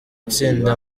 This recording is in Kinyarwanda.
itsinda